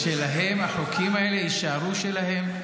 זה שלהם, החוקים האלה יישארו שלהם,